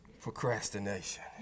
Procrastination